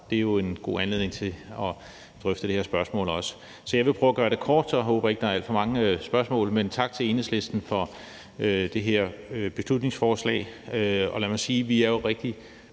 det er jo også en god anledning til at få drøftet det her spørgsmål. Så jeg vil prøve at gøre det kort, og jeg håber ikke, at der er alt for mange spørgsmål. Tak til Enhedslisten for det her beslutningsforslag. Lad mig sige, at vi jo er rigtig